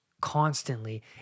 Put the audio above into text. constantly